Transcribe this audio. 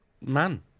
man